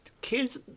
kids